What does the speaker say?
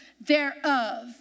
thereof